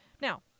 Now